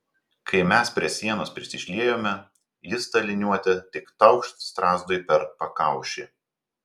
kai mes prie sienos prisišliejome jis ta liniuote tik taukšt strazdui per pakaušį